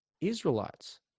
Israelites